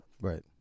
Right